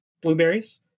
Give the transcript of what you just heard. blueberries